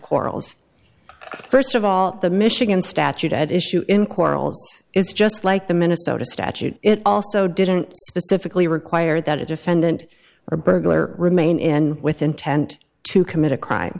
quarrels st of all the michigan statute at issue in quarrels is just like the minnesota statute it also didn't specifically require that a defendant or a burglar remain in with intent to commit a crime